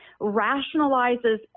rationalizes